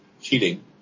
cheating